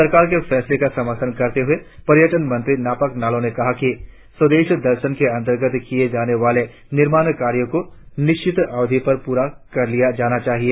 सरकार के फैसले का समर्थन करते हुए पर्यटन मंत्री नापाक नालो ने कहा कि स्वदेश दर्शन के अंतर्गत किए जाने वाले निर्माण कार्यों को निश्चित अवधि में पूरा कर लिया जाना चाहिए